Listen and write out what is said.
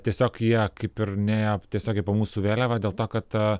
tiesiog jie kaip ir ne tiesiogiai po mūsų vėliava dėl to kad